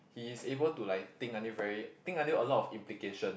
he is able to like think until very think until a lot of implication